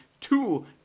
two